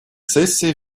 сессии